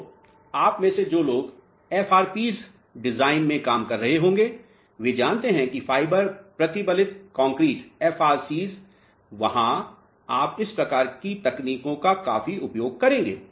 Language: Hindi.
तो आप में से जो लोग FRPs डिज़ाइन में काम कर रहे होंगे वे जानते हैं कि फाइबर प्रबलित कंक्रीट FRCs वहाँ आप इस प्रकार की तकनीकों का काफी उपयोग करेंगे